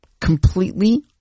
completely